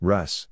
Russ